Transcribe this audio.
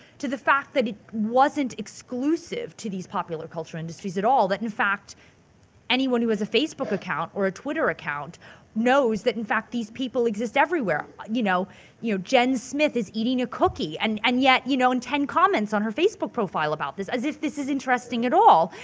to the fact that it wasn't exclusive to these popular cultural industries at all. that in fact anyone who has a facebook account or a twitter account knows that in fact these people exist everywhere. you know you know jenn smith is eating a cookie. and-and and and yet you know in ten comments on her facebook profile about this as if this is interesting at all.